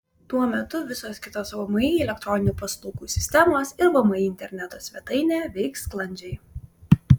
tuo metu visos kitos vmi elektroninių paslaugų sistemos ir vmi interneto svetainė veiks sklandžiai